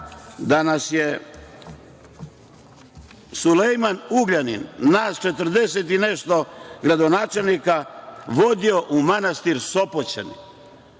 da nas je Sulejman Ugljanin, nas četrdeset i nešto gradonačelnika, vodio u manastir Sopoćani,